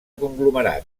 conglomerat